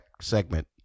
segment